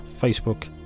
Facebook